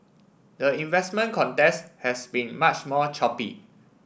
the investment contest has been much more choppy